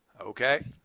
Okay